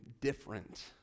different